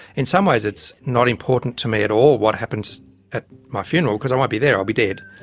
in some ways it's not important to me at all what happens at my funeral because i won't be there, i'll be dead.